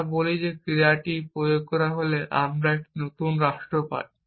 আমরা বলি যে ক্রিয়াটি প্রয়োগ করা হলে আমরা একটি নতুন রাষ্ট্র পাই